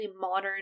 modern